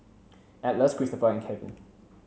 Atlas Christopher and Kevin